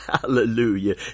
hallelujah